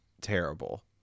terrible